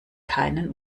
keinen